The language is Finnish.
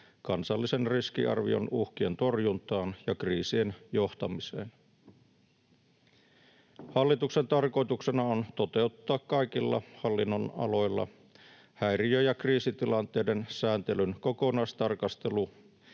kansallisen riskiarvion uhkien torjuntaan ja kriisien johtamiseen. Hallituksen tarkoituksena on toteuttaa kaikilla hallinnonaloilla häiriö- ja kriisitilanteiden sääntelyn kokonaistarkastelu,